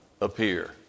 appear